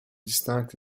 distinctes